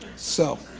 so,